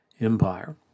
Empire